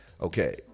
Okay